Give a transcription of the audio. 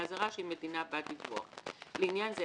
זרה שהיא מדינה בת דיווח; לעניין זה,